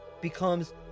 becomes